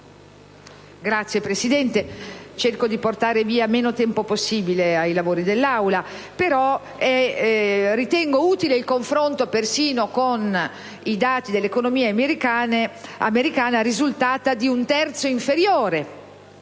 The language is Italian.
signora Presidente, cerco di portare via meno tempo possibile ai lavori dell'Aula. Ritengo utile il confronto con i dati dell'economia americana, risultata di un terzo inferiore